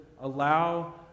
allow